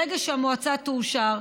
ברגע שהמועצה תאושר,